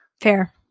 Fair